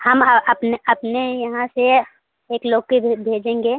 हम अपने अपने अपने यहाँ से एक लोक के भेजेंगे